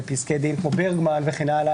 בפסקי דין כמו ברגמן וכן הלאה,